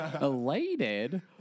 Elated